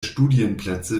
studienplätze